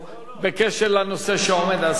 בקשר לנושא שעומד על סדר-היום.